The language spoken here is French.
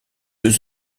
deux